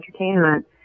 Entertainment